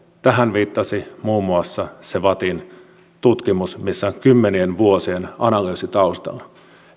tähän viittasi muun muassa se vattin tutkimus missä on kymmenien vuosien analyysi taustalla